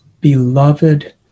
beloved